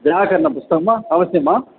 व्याकरणपुस्तकं आं वा अवश्यं मा